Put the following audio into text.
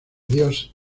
dios